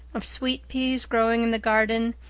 of sweet peas growing in the garden,